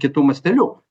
kitu masteliu